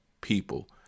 people